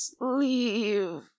leave